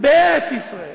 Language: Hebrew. בארץ ישראל,